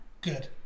Good